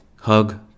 Hug